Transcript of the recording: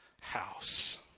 house